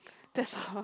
that's why